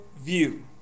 view